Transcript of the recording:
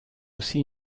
aussi